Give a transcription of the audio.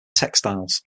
textiles